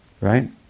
Right